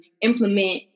implement